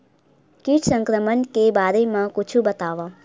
कीट संक्रमण के बारे म कुछु बतावव?